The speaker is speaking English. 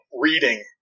reading